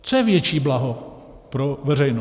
Co je větší blaho pro veřejnost?